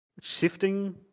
shifting